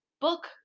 book